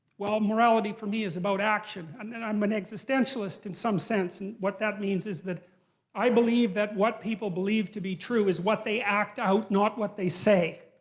well, morality for me is about action. and and i'm an existentialist, in some sense. and what that means is that i believe that what people believe to be true is what they act out, not what they say.